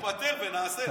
אבל תתפטר ונעשה.